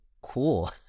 cool